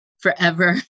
forever